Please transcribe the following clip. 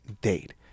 date